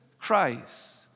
Christ